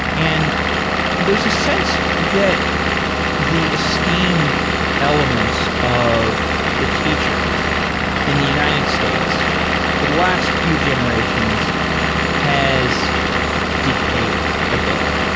and there's a sense that the esteemed elements of the teacher in the united states for the last few generations has decayed a bit.